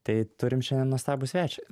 tai turim šiandien nuostabų svečią